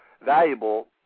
valuable